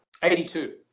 82